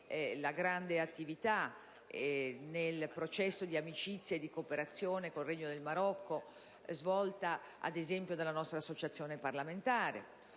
la grande attività, nel processo di amicizia e di cooperazione con il Regno del Marocco, svolta dalla nostra Associazione parlamentare,